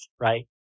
right